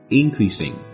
increasing